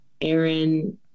aaron